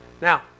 Now